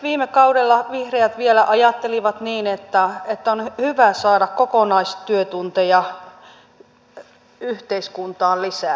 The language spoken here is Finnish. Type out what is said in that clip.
viime kaudella vihreät vielä ajattelivat niin että on hyvä saada kokonaistyötunteja yhteiskuntaan lisää